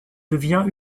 devient